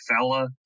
fella